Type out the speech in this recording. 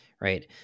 right